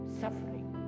suffering